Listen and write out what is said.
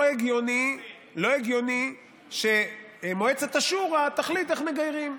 לא הגיוני שמועצת השורא תחליט איך מגיירים.